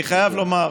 אני חייב לומר,